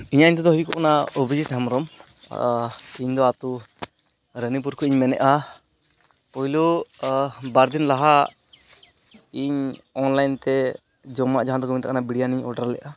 ᱤᱧᱟᱹᱜ ᱧᱩᱛᱩᱢᱫᱚ ᱦᱩᱭᱩᱜᱚ ᱠᱟᱱᱟ ᱚᱵᱷᱤᱡᱤᱛ ᱦᱮᱢᱵᱽᱨᱚᱢ ᱤᱧᱫᱚ ᱟᱛᱳ ᱨᱟᱹᱱᱤᱯᱩᱨ ᱠᱷᱚᱡᱤᱧ ᱢᱮᱱᱮᱫᱼᱟ ᱯᱳᱭᱞᱳ ᱵᱟᱨᱫᱤᱱ ᱞᱟᱦᱟ ᱤᱧ ᱚᱱᱞᱟᱭᱤᱱᱛᱮ ᱡᱚᱢᱟᱜ ᱡᱟᱦᱟᱸᱫᱚ ᱠᱚ ᱢᱮᱛᱟᱜ ᱠᱟᱱᱟ ᱵᱤᱨᱤᱭᱟᱱᱤᱧ ᱚᱰᱟᱨᱞᱮᱫᱼᱟ